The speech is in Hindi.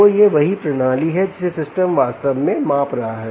तो यह वही प्रणाली है जिसे सिस्टम वास्तव में माप रहा है